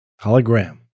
Hologram